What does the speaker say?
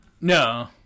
No